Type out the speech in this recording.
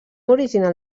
original